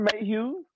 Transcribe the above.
Mayhew